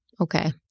okay